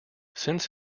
since